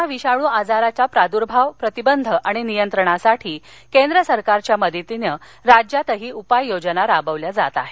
corona विषाणू आजाराच्या प्रादूर्भाव प्रतिबंध आणि नियंत्रणासाठी केंद्र सरकारच्या मदतीनं राज्यातही उपाय योजना राबवल्या जात आहेत